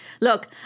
Look